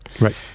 Right